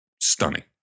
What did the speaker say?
stunning